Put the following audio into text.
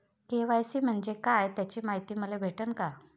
KYC म्हंजे काय त्याची मायती मले भेटन का?